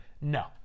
No